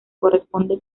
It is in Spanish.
corresponde